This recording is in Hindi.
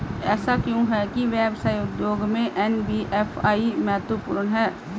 ऐसा क्यों है कि व्यवसाय उद्योग में एन.बी.एफ.आई महत्वपूर्ण है?